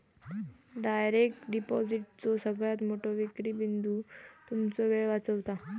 direct डिपॉजिटचो सगळ्यात मोठो विक्री बिंदू तुमचो वेळ वाचवता